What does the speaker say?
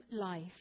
life